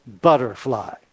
butterfly